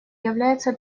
является